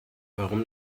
warum